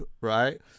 right